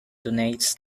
donates